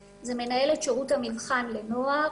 זו מנהלת שירות המבחן לנוער.